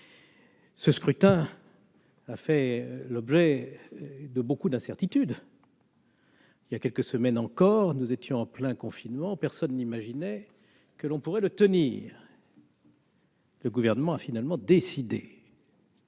Ce scrutin a fait l'objet de beaucoup d'incertitudes ; il y a quelques semaines encore, nous étions en plein confinement et personne n'imaginait qu'on pourrait le tenir. Le Gouvernement a finalement décidé